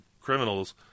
criminals